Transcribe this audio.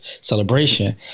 celebration